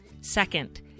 Second